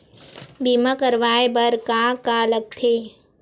बीमा करवाय बर का का लगथे?